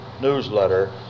newsletter